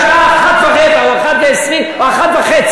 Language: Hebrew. בשעה 01:15 או 01:20 או 01:30,